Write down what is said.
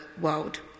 world